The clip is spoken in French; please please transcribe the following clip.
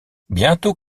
bientôt